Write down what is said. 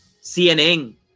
CNN